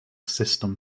system